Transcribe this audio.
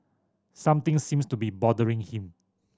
something seems to be bothering him